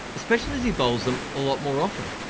especially as he bowls them a lot more often.